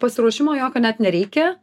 pasiruošimo jokio net nereikia